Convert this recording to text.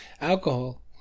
alcohol